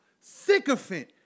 sycophant